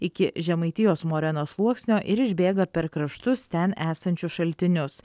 iki žemaitijos morenos sluoksnio ir išbėga per kraštus ten esančius šaltinius